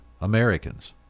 Americans